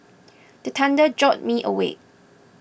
the thunder jolt me awake